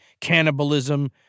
cannibalism